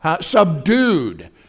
subdued